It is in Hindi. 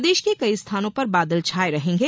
प्रदेश के कई स्थानों पर बादल छाये रहेंगे